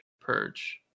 Purge